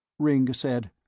ringg said,